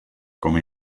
come